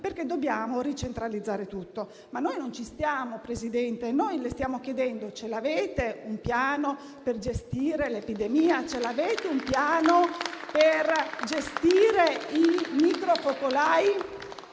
perché dobbiamo ricentralizzare tutto. Noi non ci stiamo però, Presidente. Noi le stiamo chiedendo se avete un piano per gestire l'epidemia, per gestire i micro focolai,